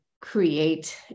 create